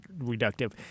reductive